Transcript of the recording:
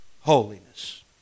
holiness